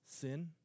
sin